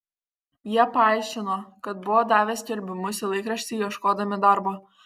jie paaiškino kad buvo davę skelbimus į laikraštį ieškodami darbo